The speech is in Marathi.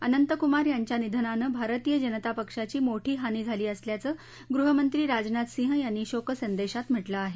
अनंतकुमार यांच्या निधनानं भारतीय जनता पक्षाची मोठी हानी झाली असल्याचं गृहमंत्री राजनाथ सिंह यांनी शोकसंदेशात म्हटलं आहे